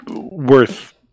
worth